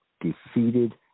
defeated